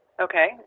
Okay